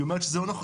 היא אומרת בפירוש,